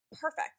perfect